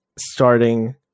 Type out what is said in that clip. starting